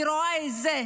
אני רואה את זה.